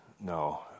No